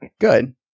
good